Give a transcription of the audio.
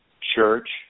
church